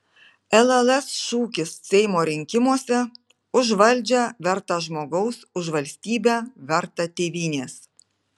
lls šūkis seimo rinkimuose už valdžią vertą žmogaus už valstybę vertą tėvynės